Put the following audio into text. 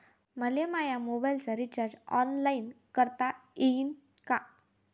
मले माया मोबाईलचा रिचार्ज ऑनलाईन करता येईन का?